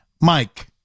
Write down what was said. Mike